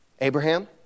Abraham